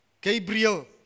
Gabriel